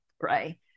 right